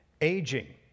aging